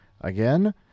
Again